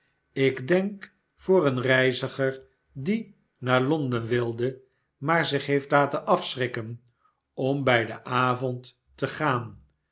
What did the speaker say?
ik denk voor een reiziger die naar londen wilde maar zich heeft laten afschrikken om bij den avond te gaan